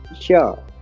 Sure